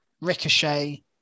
Ricochet